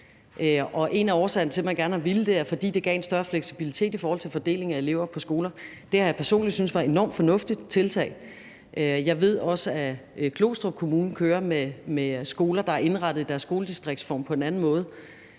en af årsagerne til, at man gerne har villet det, er, at det gav en større fleksibilitet i forhold til fordelingen af elever på skoler. Det har jeg personligt syntes var et enormt fornuftigt tiltag. Jeg ved også, at Glostrup Kommune i deres skoledistriktsform kører med skoler, der er indrettet på en anden måde.